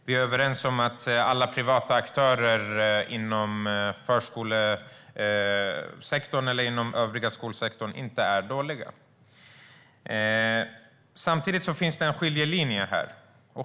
Vi är överens om att alla privata aktörer inom förskolesektorn eller inom den övriga skolsektorn inte är dåliga. Samtidigt finns det en skiljelinje här.